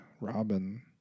Robin